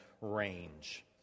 range